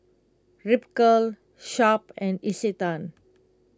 Ripcurl Sharp and Isetan